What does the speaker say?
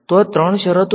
તો આ ત્રણ શરતો શું છે